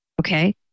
Okay